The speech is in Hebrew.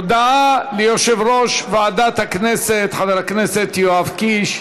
הודעה ליושב-ראש ועדת הכנסת חבר הכנסת יואב קיש.